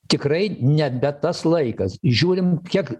tikrai nebe tas laikas žiūrim kiek